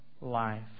life